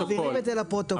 לצורך העניין,